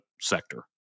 sector